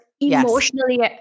emotionally